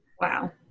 Wow